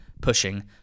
pushing